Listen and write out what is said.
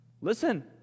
Listen